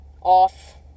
Off